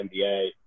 NBA